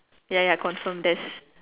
ya ya confirm there's